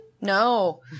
No